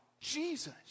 Jesus